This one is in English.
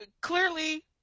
clearly